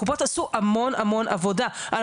הקופות עשו המון המון עבודה.